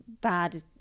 bad